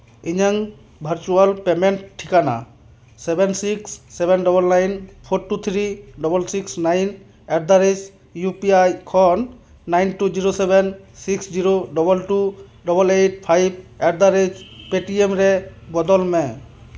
ᱤᱧᱟᱹᱝ virtual payment ᱴᱷᱤᱠᱟᱱᱟ seven six seven double nine four two three double six nine at the rate U P I ᱠᱷᱚᱱ nine two zero seven six zero double two double eight five at the rate Paytm ᱨᱮ ᱵᱚᱫᱚᱞ ᱢᱮ